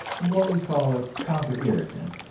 what we call a counter-irritant,